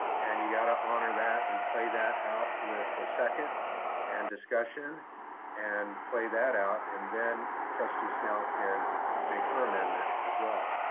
and you gotta honor that and play that out with a second and discussion and play that out. and then trustee snell can make her amendment as well.